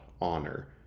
honor